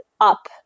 up